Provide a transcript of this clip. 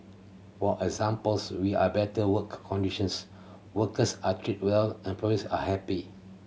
for examples we are better work conditions workers are treated well employers are happy